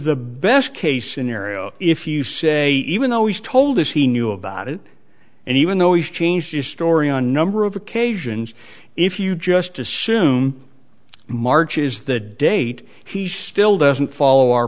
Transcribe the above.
the best case scenario if you say even though he's told this he knew about it and even though he's changed his story a number of occasions if you just assume march is the date he still doesn't follow our